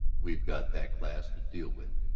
we've got that class to deal with.